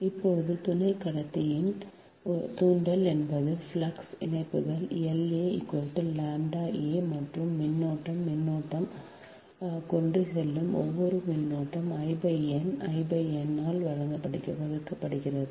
இப்போது துணை கடத்தி a இன் தூண்டல் என்பது ஃப்ளக்ஸ் இணைப்புகள் L a ʎ a மற்றும் மின்னோட்டம் மின்னோட்டம் கொண்டு செல்லும் ஒவ்வொன்றும் மின்னோட்டம் I n I n ஆல் வகுக்கப்படுகிறது